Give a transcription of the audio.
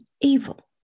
evil